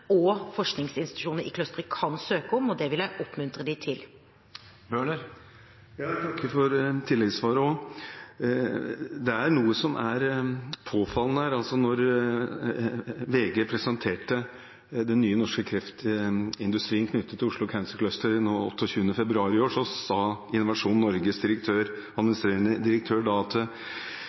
og forskningsinstitusjonene i clusteren kan søke om, og det vil jeg oppmuntre dem til. Jeg takker for tilleggssvaret også. Det er noe som er påfallende her. Da VG presenterte den nye norske kreftindustrien knyttet til Oslo Cancer Cluster den 28. februar i år, sa Innovasjon Norges administrerende direktør